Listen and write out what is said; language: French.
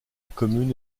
commune